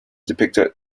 depicted